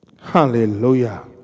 Hallelujah